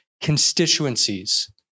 constituencies